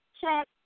check